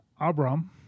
Abram